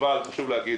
אבל חשוב להגיד